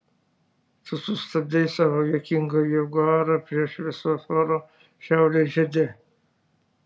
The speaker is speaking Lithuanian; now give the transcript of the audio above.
tu sustabdei savo juokingą jaguarą prie šviesoforo šiaurės žiede